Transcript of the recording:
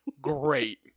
Great